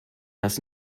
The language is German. das